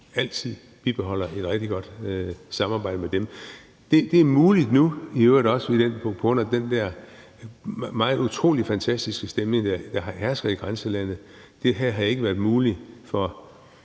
altid bibeholder et rigtig godt samarbejde med dem. Det er muligt nu, i øvrigt også på grund af den der utrolige og fantastiske stemning, der hersker i grænselandet. Det her havde ikke været muligt for